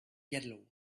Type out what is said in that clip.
yellow